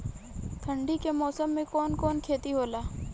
ठंडी के मौसम में कवन कवन खेती होला?